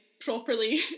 properly